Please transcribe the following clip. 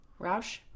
Roush